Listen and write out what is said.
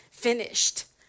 Finished